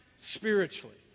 spiritually